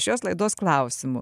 šios laidos klausimų